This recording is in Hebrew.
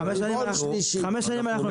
5 שנים אנחנו מחכים.